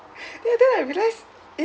then then I realize